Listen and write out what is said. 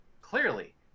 clearly